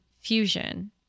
fusion